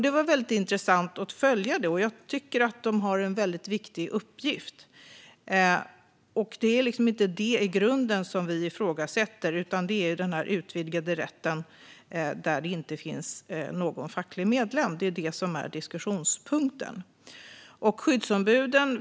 Det var mycket intressant att följa det, och jag tycker att de har en mycket viktig uppgift. Det är inte detta som vi i grunden ifrågasätter, utan det är den utvidgade rätten där det inte finns någon facklig medlem. Det är detta som är diskussionspunkten.